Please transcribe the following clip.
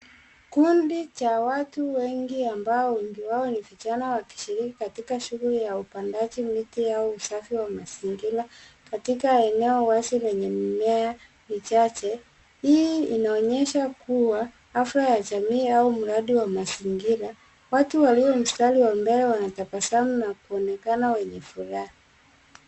Kundi cha watu wengi ambao wengi wao ni vijana wakishiriki katika shughuli ya upandaji miti au usafi wa mazingira katika eneo wazi lenye mimea michache. Hii inaonyesha kuwa hafla ya jamii au mradi wa mazingira. Watu walio mstari wa mbele wanatabasamu na kuonekana wenye furaha.